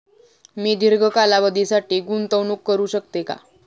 मी दीर्घ कालावधीसाठी गुंतवणूक करू शकते का?